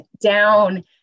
down